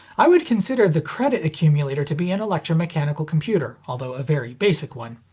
i would consider the credit accumulator to be an electromechanical computer, although a very basic one.